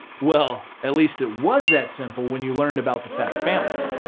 well, at least it was that simple when you learned about the fact families.